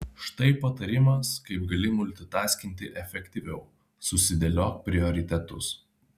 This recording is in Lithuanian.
štai patarimas kaip gali multitaskinti efektyviau susidėliok prioritetus